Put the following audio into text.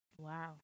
Wow